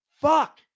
fuck